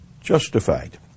justified